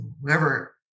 whoever